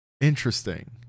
Interesting